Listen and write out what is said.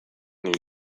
new